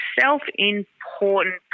self-important